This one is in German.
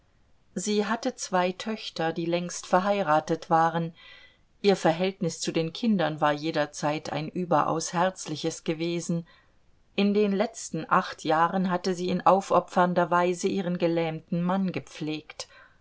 sie hatte zwei töchter die längst verheiratet waren ihr verhältnis zu den kindern war jederzeit ein überaus herzliches gewesen in den letzten acht jahren hatte sie in aufopfernder weise ihren gelähmten mann gepflegt